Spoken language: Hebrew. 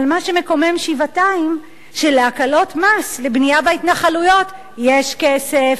אבל מה שמקומם שבעתיים הוא שלהקלות מס לבנייה בהתנחלויות יש כסף,